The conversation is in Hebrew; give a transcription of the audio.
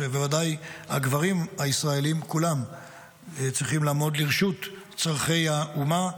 שבוודאי הגברים הישראלים כולם צריכים לעמוד לרשות צורכי האומה,